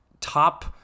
top